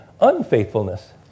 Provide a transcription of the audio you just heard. unfaithfulness